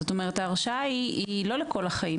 זאת אומרת ההרשאה היא לא לכל החיים,